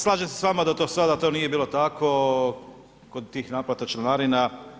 Slažem se s vama da do sada to nije bilo tako kod tih naplata članarina.